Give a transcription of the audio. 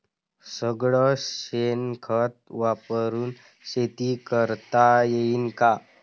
सगळं शेन खत वापरुन शेती करता येईन का?